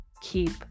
keep